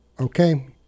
Okay